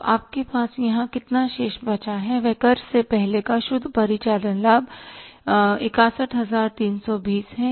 तो आपके पास यहां कितना शेष बचा हैं यह कर से पहले का शुद्ध परिचालन लाभ 61320 है